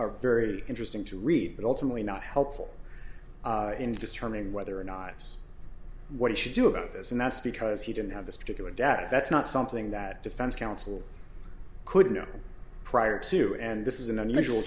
a very interesting to read but ultimately not helpful in determining whether or not it's what he should do about this and that's because he didn't have this particular debt that's not something that defense counsel could know prior to and this is an unusual